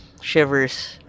shivers